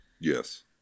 Yes